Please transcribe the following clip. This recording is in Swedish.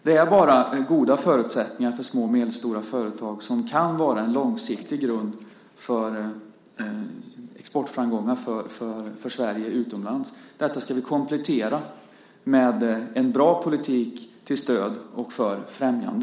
Det är bara goda förutsättningar för små och medelstora företag som kan vara en långsiktig grund för exportframgångar för Sverige utomlands. Därför ska vi komplettera med en bra politik till stöd och för främjande.